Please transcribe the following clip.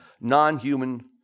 non-human